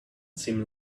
seem